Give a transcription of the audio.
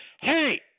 hey